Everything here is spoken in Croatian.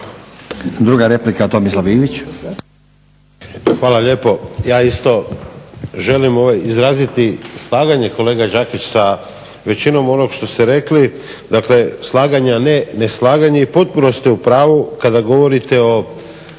Druga replika, Tomislav Ivić.